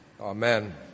Amen